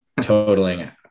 totaling